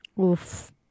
oof